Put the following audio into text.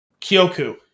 Kyoku